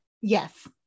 Yes